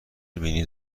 بینی